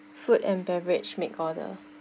food and beverage make order